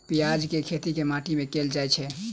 प्याज केँ खेती केँ माटि मे कैल जाएँ छैय?